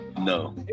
no